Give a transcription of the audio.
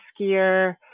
skier